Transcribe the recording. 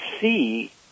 see